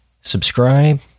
subscribe